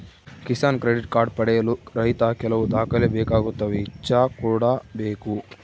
Kisan credit card ಪಡೆಯಲು ರೈತ ಕೆಲವು ದಾಖಲೆ ಬೇಕಾಗುತ್ತವೆ ಇಚ್ಚಾ ಕೂಡ ಬೇಕು